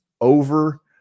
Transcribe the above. over